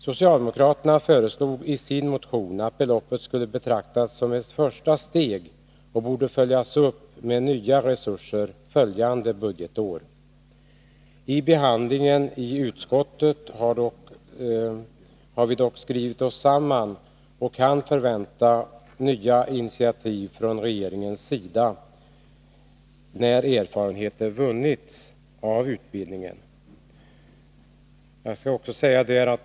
Socialdemokraterna föreslog i sin motion att beloppet skulle betraktas som ett första steg, och borde följas upp med nya resurser kommande budgetår. Vid behandlingen i utskottet har vi dock skrivit oss samman och kan förvänta oss att få nya initiativ från regeringens sida när erfarenheter vunnits av utbildningen.